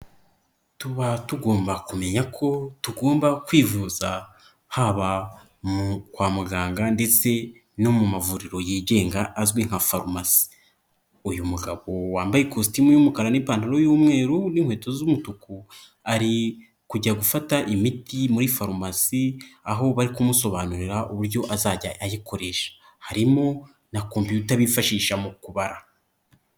Tuba tugomba kumenya ko tugomba kwivuza haba kwa muganga ndetse no mu mavuriro yigenga azwi nka farumasi. Uyu mugabo wambaye ikositimu y'umukara n'ipantaro y'umweru n'inkweto z'umutuku, ari kujya gufata imiti muri farumasi aho bari kumusobanurira uburyo azajya ayikoresha. Harimo na kompiyuta bifashisha mu kubara.